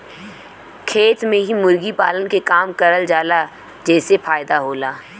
खेत में ही मुर्गी पालन के काम करल जाला जेसे फायदा होला